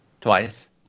Twice